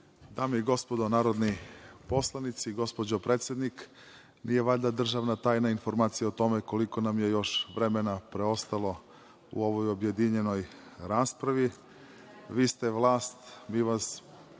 Dame i gospodo narodni poslanici, gospođo predsednik, nije valjda državna tajna informacija o tome koliko nam je još vremena preostalo u ovoj objedinjenoj raspravi? Vi ste vlast, mi vas